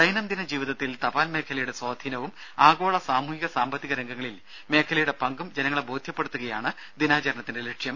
ദൈനംദിന ജീവിതത്തിൽ തപാൽ മേഖലയുടെ സ്വാധീനവും ആഗോള സാമൂഹ്യ സാമ്പത്തിക രംഗങ്ങളിൽ മേഖലയുടെ ജനങ്ങളെ പങ്കും ബോധ്യപ്പെടുത്തുകയാണ് ദിനാചരണത്തിന്റെ ലക്ഷ്യം